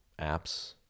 apps